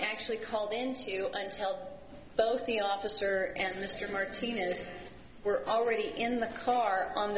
actually called in to help both the officer and mr martinez were already in the car on